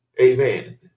Amen